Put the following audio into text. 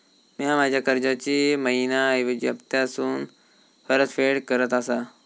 म्या माझ्या कर्जाची मैहिना ऐवजी हप्तासून परतफेड करत आसा